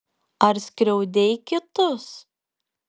ar skriaudei kitus